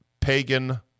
pagan